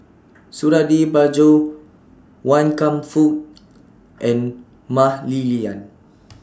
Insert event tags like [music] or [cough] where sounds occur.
Suradi Parjo Wan Kam Fook [noise] and Mah Li Lian